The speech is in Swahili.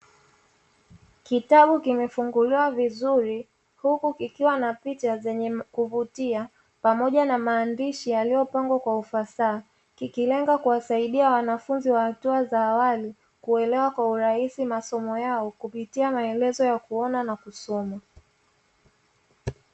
Kitabu kimefunguliwa vizuri huku kikiwa na picha zenye kuvutia pamoja na maandishi yaliyopangwa kwa ufasaha, kikilenga kuwasaidia wanafunzi wa hatua za awali kuelewa kwa urahisi masomo yao kupitia maelezo ya kuona na kusoma.